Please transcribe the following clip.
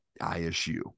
ISU